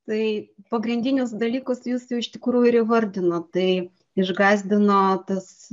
tai pagrindinius dalykus jūs jau iš tikrųjų ir įvardinot tai išgąsdino tas